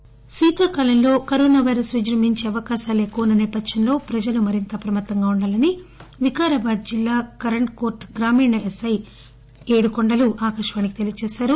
corona related శీతాకాలంలో corona virus విజృంభించే అవకాశాలు ఎక్కువ ఉన్న సేపధ్యంలో ప్రజలు మరింత అప్రమత్తంగా ఉండాలని వికారాబాద్ జిల్లా కరణ్ కోర్లు గ్రామీణ ఎస్ఐ ఏడు కొండలు ఆకాశవాణితో తెలిపారు